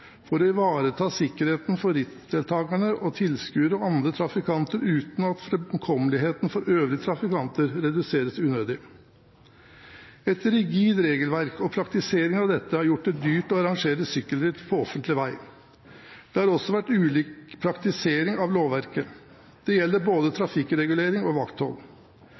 for sykkelritt på veg for å ivareta sikkerheten for rittdeltakerne, tilskuere og andre trafikanter uten at framkommeligheten for øvrige trafikanter reduseres unødig. Et rigid regelverk og praktiseringen av dette har gjort det dyrt å arrangere sykkelritt på offentlig veg. Det har også vært ulik praktisering av lovverket. Dette gjelder både trafikkregulering og vakthold.